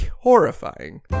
Horrifying